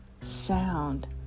sound